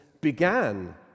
began